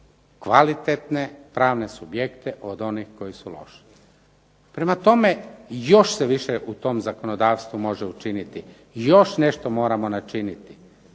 kvalitetne pravne subjekte od onih koji su loši. Prema tome, još se više u tom zakonodavstvu može učiniti, još nešto moramo načiniti